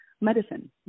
medicine